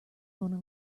mona